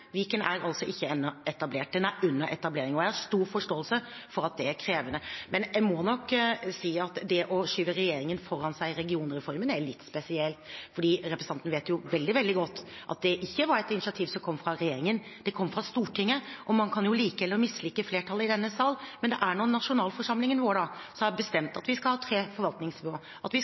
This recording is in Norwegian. Viken er ikke etablert ennå. Den er under etablering. Jeg har stor forståelse for at det er krevende. Men jeg må nok si at det å skyve regjeringen foran seg i regionreformen er litt spesielt. For representanten vet veldig godt at det ikke var et initiativ som kom fra regjeringen. Det kom fra Stortinget. Man kan like eller mislike flertallet i denne salen, men det er nå nasjonalforsamlingen vår som har bestemt at vi skal ha tre forvaltningsnivåer, at vi